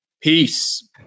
Peace